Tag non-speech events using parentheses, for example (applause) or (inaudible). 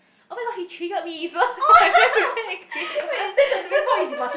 oh-my-god he triggered me so (laughs) I went to go and create one